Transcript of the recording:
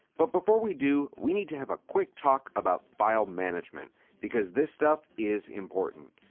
but before we do, we need to have a quick talk about file management because this stuff is important.